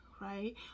right